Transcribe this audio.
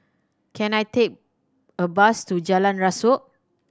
can I take a bus to Jalan Rasok